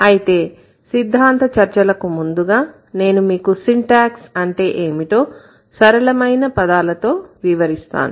అయితే సిద్ధాంత చర్చలకు ముందుగా నేను మీకు సింటాక్స్ అంటే ఏమిటో సరళమైన పదాలతో వివరిస్తాను